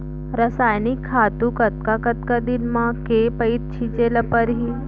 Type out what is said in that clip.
रसायनिक खातू कतका कतका दिन म, के पइत छिंचे ल परहि?